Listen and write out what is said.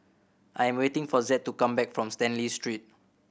I'm waiting for Zed to come back from Stanley Street